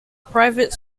private